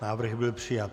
Návrh byl přijat.